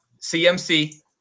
CMC